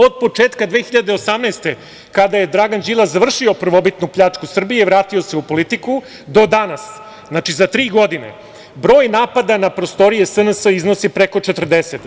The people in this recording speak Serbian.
Od početka 2018. godine kada je Dragan Đilas završio prvobitnu pljačku Srbije, vratio se u politiku, do danas, znači, za tri godine, broj napada na prostorije SNS iznosi preko 40.